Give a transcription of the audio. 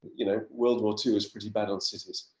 you know, world war two is pretty bad on cities,